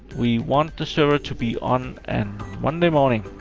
we want the server to be on and monday morning.